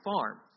farm